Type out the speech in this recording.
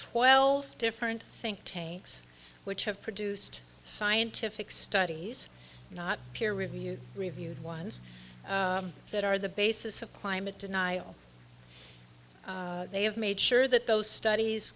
twelve different think tanks which have produced scientific studies not peer reviewed reviewed ones that are the basis of climate deny all they have made sure that those studies